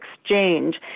exchange